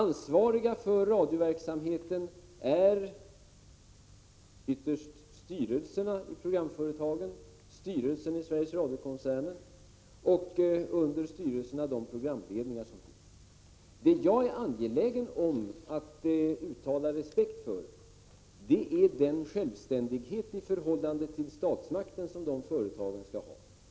Ansvariga för radioverksamheten är ytterst styrelserna i programföretagen, styrelsen i Sveriges Radio-koncernen och under styrelserna de programledningar som finns. Jag är angelägen om att uttala respekt för den självständighet som företagen skall ha i förhållande till statsmakterna.